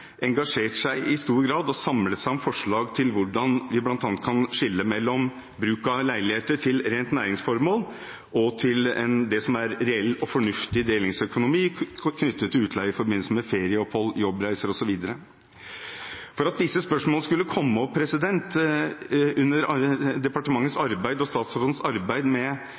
engasjert seg i stor grad og samlet seg om forslag til hvordan vi bl.a. kan skille mellom bruk av leiligheter til rene næringsformål og til det som er reell og fornuftig delingsøkonomi knyttet til utleie i forbindelse med ferieopphold, jobbreiser osv. For at disse spørsmålene skulle komme opp under departementets og statsrådens arbeid